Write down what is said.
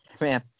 man